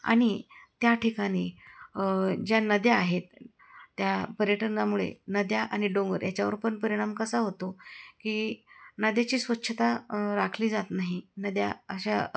आणि त्या ठिकाणी ज्या नद्या आहेत त्या पर्यटनामुळे नद्या आणि डोंगर याच्यावरपण परिणाम कसा होतो की नद्याची स्वच्छता राखली जात नाही नद्या अशा